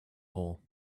hole